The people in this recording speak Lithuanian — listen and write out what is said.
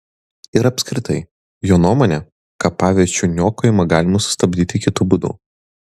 ir apskritai jo nuomone kapaviečių niokojimą galima sustabdyti kitu būdu